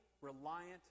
reliant